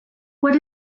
what